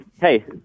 hey